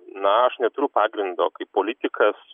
na aš neturiu pagrindo kaip politikas